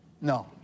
No